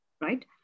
right